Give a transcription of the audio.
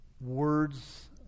words